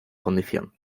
condición